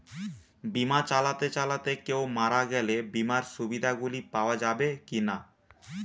বিমা চালাতে চালাতে কেও মারা গেলে বিমার সুবিধা গুলি পাওয়া যাবে কি না?